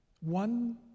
one